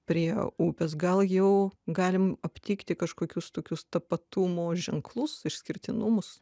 prie upės gal jau galim aptikti kažkokius tokius tapatumo ženklus išskirtinumus